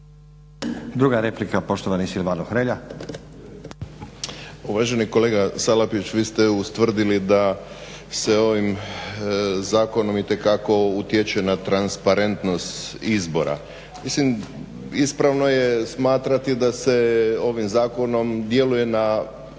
Hrelja. **Hrelja, Silvano (HSU)** Uvaženi kolega Salapić vi ste ustvrdili da se ovim zakonom itekako utječe na transparentnost izbora. Mislim ispravno je smatrati da se ovim zakonom djeluje na